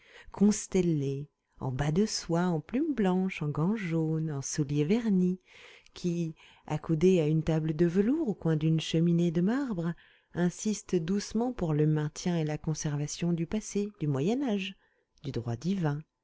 constellés en bas de soie en plumes blanches en gants jaunes en souliers vernis qui accoudés à une table de velours au coin d'une cheminée de marbre insistent doucement pour le maintien et la conservation du passé du moyen-âge du droit divin